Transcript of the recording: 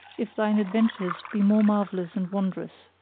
if thine adventures be more marvellous and wondrous.